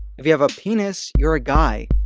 if you have a penis, you're a guy.